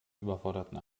überforderten